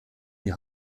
die